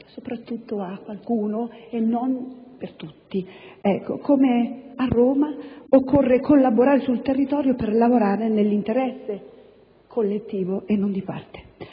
soprattutto a qualcuno e non a tutti. Ecco, come a Roma, occorre collaborare sul territorio per lavorare nell'interesse collettivo e non di parte.